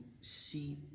see